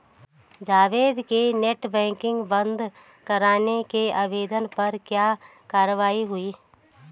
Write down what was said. जावेद के net banking बंद करने के आवेदन पर क्या कार्यवाही हुई?